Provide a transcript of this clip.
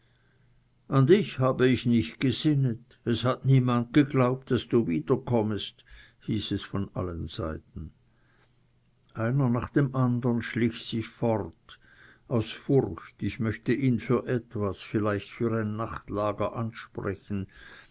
an dich habe ich nicht gesinnet es hat niemand geglaubt daß du wieder kommest hieß es von allen seiten einer nach dem andern schlich sich fort aus furcht ich möchte ihn für etwas vielleicht für ein nachtlager ansprechen